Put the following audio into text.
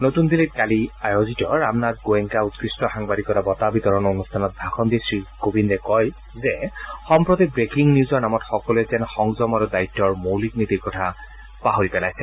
নতুন দিল্লীত কালি আয়োজিত ৰামনাথ গোৱেংকা উৎকৃষ্ট সাংবাদিকতা বঁটা বিতৰণ অনুষ্ঠানত ভাষণ দি শ্ৰীকোবিন্দে কয় যে সম্প্ৰতি ব্ৰেকিং নিউজৰ নামত সকলোৱে যেন সংযম আৰু দায়িত্বৰ মৌলিক নীতিৰ কথা পাহৰি পেলাইছে